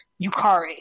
Yukari